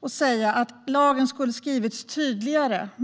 och säga att lagen skulle ha skrivits tydligare.